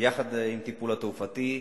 יחד עם הטיפול התרופתי,